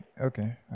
okay